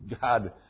God